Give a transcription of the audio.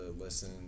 listen